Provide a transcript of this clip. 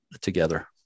together